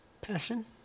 Passion